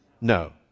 no